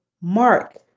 Mark